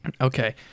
Okay